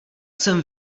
jsem